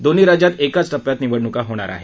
दोन्ही राज्यात एकाच टप्प्यात निवडणुका होणार आहेत